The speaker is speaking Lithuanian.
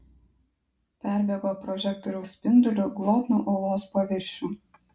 perbėgo prožektoriaus spinduliu glotnų uolos paviršių